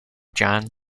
john